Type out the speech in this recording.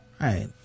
Right